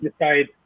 decide